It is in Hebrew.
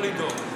לא לדאוג.